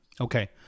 okay